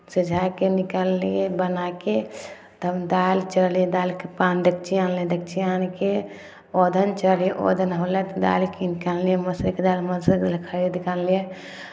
सिझा कऽ निकाललियै बना कऽ तब दालि चढ़ेलियै दालिके पानि डेकची आनलियै डेकची आनि कऽ अदहन चढ़ेलियै अदहन होलै तऽ दालि कीन कऽ आनलियै मसुरीके दालि मसुरीके दालि खरीद कऽ आनलियै